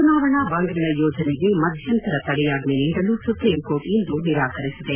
ಚುನಾವಣಾ ಬಾಂಡ್ಗಳ ಯೋಜನೆಗೆ ಮದ್ಯಂತರ ತಡೆಯಾಜ್ಞೆ ನೀಡಲು ಸುಪ್ರೀಂ ಕೋರ್ಟ್ ಇಂದು ನಿರಾಕರಿಸಿದೆ